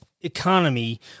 economy